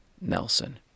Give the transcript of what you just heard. Nelson